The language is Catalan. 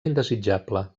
indesitjable